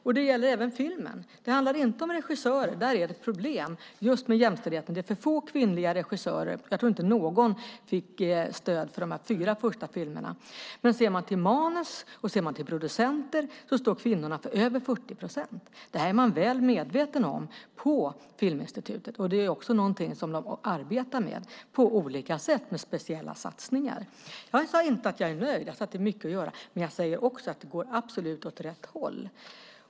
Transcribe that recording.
Det gäller även filmen. Det handlar inte om regissörer. Där är det problem just med jämställdheten. Det är för få kvinnliga regissörer. Jag tror inte att någon fick stöd för de fyra första filmerna. Men ser man till manus och ser man till producenter står kvinnorna för över 40 procent. Det här är man väl medveten om på Filminstitutet. Det är också någonting som de arbetar med på olika sätt, med speciella satsningar. Jag sade inte att jag är nöjd. Jag sade att det är mycket att göra. Men jag säger också att det absolut går åt rätt håll.